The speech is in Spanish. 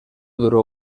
duró